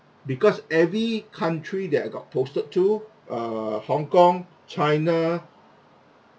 because every country that I got posted to err hong kong china